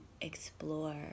explore